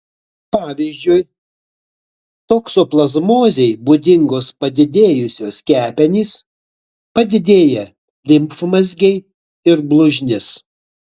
pavyzdžiui toksoplazmozei būdingos padidėjusios kepenys padidėję limfmazgiai ir blužnis